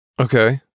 Okay